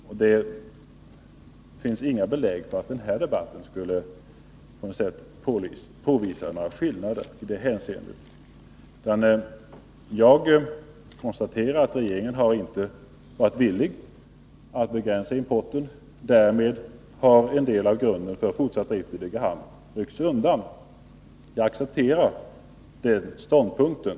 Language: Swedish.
Det finns heller inga belägg för att den här debatten skulle påvisa några sådana skillnader. Jag konstaterar att regeringen inte varit villig att begränsa importen. Därmed har en del av grunden för fortsatt drift i Degerhamn ryckts undan. Jag accepterar den ståndpunkten.